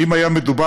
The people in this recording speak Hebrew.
שאם היה מדובר,